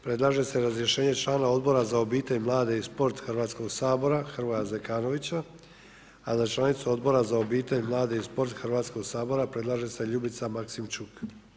Predlaže se razrješenje člana Odbora za obitelj, mlade i sport Hrvatskog sabora Hrvoja Zekanovića a za članicu Odbora za obitelj, mlade i sport Hrvatskog sabora predlaže se Ljubica Maksimčuk.